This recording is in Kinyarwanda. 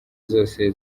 zose